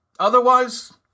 Otherwise